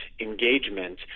engagement